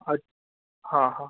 અછ હ હ